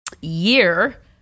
year